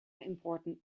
important